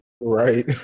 right